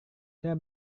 saya